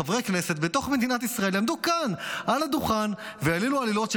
חברי הכנסת בתוך מדינת ישראל יעמדו כאן על הדוכן ויעלילו עלילות,